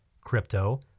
crypto